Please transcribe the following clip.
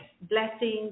blessings